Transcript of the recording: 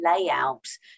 layouts